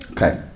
Okay